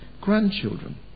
grandchildren